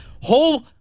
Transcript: Whole